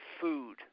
food